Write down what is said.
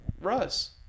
Russ